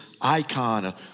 icon